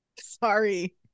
sorry